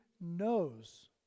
knows